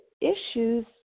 issues